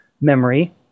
memory